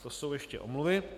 To jsou ještě omluvy.